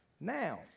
Now